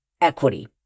equity